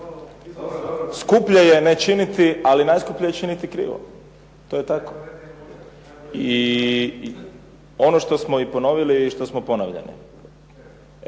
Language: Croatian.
skuplje je ne činiti, ali najskuplje je činiti krivo. To je tako. I ono što smo i ponovili i što smo ponavljali